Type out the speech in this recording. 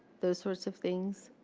those sorts of things?